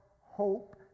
hope